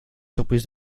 surprises